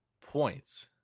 Points